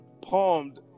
palmed